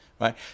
right